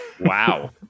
wow